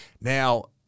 Now